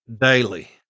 daily